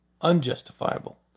unjustifiable